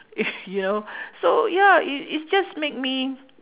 you know so ya it's just make me